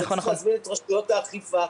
אבל צריך להזמין את רשויות האכיפה.